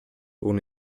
ohne